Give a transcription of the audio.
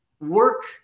work